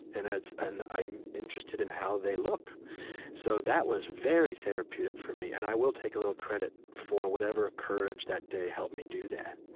and and i am interested in how they look so that was very therapeutic for me, and i will take a little credit for whatever courage that day helped me do that.